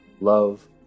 love